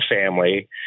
family